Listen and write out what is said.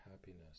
happiness